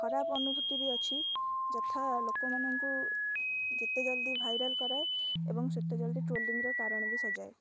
ଖରାପ ଅନୁଭୂତି ବି ଅଛି ଯଥା ଲୋକମାନଙ୍କୁ ଯେତେ ଜଲଦି ଭାଇରାଲ୍ କରାଏ ଏବଂ ସେତେ ଜଲଦି ଟ୍ରୋଲିଙ୍କର କାରଣ ବି ସଜାଏ